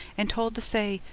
and told to say,